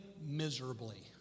miserably